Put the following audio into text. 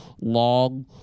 long